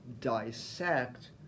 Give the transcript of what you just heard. dissect